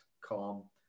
calm